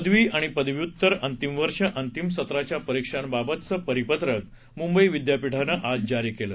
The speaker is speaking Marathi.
पदवी आणि पदव्युत्तर अंतिम वर्ष अंतिम सत्राच्या परीक्षांबाबतचं परिपत्रक मुंबई विद्यापीठानं आज जारी केलं